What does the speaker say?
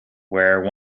where